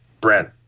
Brent